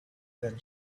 than